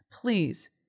please